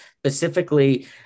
specifically